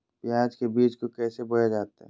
प्याज के बीज को कैसे बोया जाता है?